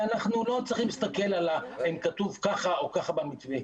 אנחנו לא צריכים להסתכל אם כתוב ככה או ככה במתווה,